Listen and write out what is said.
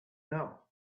know